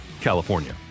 California